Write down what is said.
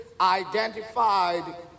identified